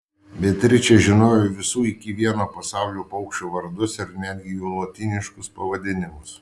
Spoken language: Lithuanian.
beatričė žinojo visų iki vieno pasaulio paukščių vardus ir netgi jų lotyniškus pavadinimus